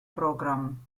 program